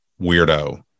weirdo